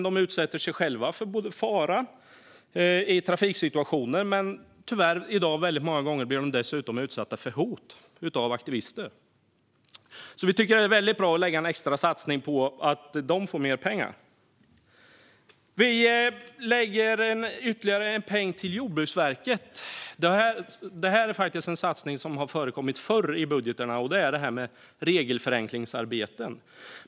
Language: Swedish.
De utsätter sig själva för fara i trafiksituationer. Tyvärr blir de i dag dessutom många gånger utsatta för hot av aktivister. Vi tycker att det är väldigt bra att göra en extra satsning på att de får mer pengar. Vi lägger ytterligare en peng till Jordbruksverket. Detta är faktiskt en satsning som har förekommit förr i budgetarna. Det handlar om regelförenklingsarbeten.